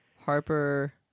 Harper